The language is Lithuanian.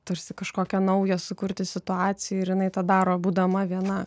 tarsi kažkokią naują sukurti situaciją ir jinai tą daro būdama viena